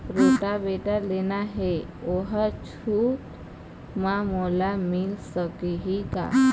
Rotavator लेना हे ओहर छूट म मोला मिल सकही का?